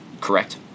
Correct